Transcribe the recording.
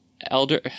elder